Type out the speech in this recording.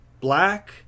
Black